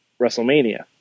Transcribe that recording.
WrestleMania